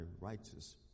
righteous